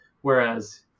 Whereas